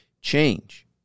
change